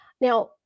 Now